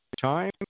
time